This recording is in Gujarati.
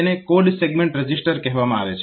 તેને કોડ સેગમેન્ટ રજીસ્ટર કહેવામાં આવે છે